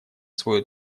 свою